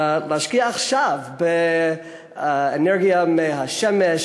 נשקיע עכשיו באנרגיה מהשמש,